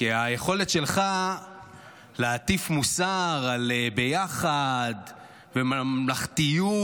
כי היכולת שלך להטיף מוסר על ביחד, ממלכתיות,